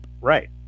Right